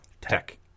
tech